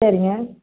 சரிங்க